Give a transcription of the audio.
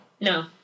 No